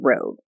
road